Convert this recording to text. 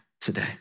today